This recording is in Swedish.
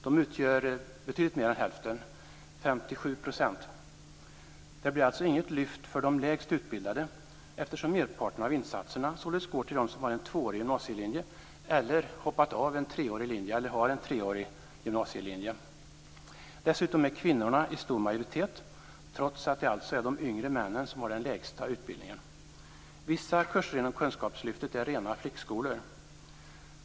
De utgör betydligt mer än hälften, 57 %. Det blir alltså inget lyft för de lägst utbildade, eftersom merparten av insatserna således går till dem som har gått en tvåårig gymnasielinje eller har hoppat av eller genomgått en treårig linje. Dessutom är kvinnorna i stor majoritet, trots att det alltså är de yngre männen som har den lägsta utbildningen. Vissa kurser inom kunskapslyftet är rena flickskolorna.